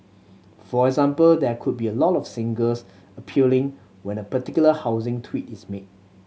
for example there could be a lot of singles appealing when a particular housing tweak is made